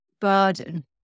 burden